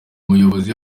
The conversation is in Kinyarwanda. muyobozi